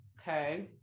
Okay